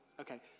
Okay